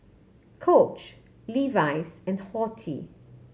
Coach Levi's and Horti